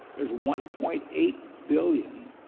there's one point eight billion,